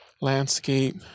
landscape